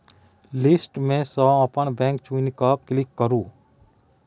list मे सँ अपन बैंक चुनि कए क्लिक करु